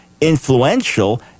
influential